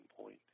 point